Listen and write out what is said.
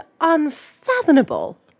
unfathomable